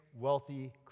wealthy